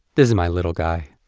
this is my little guy.